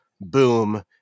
boom